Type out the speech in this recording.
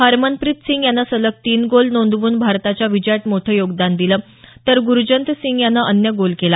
हरमनप्रीत सिंग यानं सलग तीन गोल नोंदवून भारताच्या विजयात मोठं योगदान दिलं तर गुरजंत सिंग यानं अन्य गोल केला